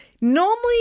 normally